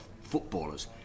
footballers